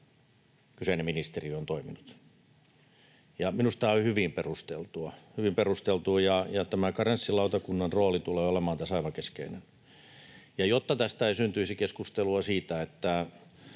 kyseinen ministeri on toiminut. Minusta se on hyvin perusteltua, hyvin perusteltua, ja tämän karenssilautakunnan rooli tulee olemaan tässä aivan keskeinen. Jotta tästä ei syntyisi keskustelua siitä, että